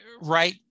right